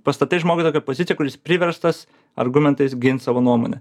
pastatai žmogų į tokią poziciją kur jis priverstas argumentais gint savo nuomonę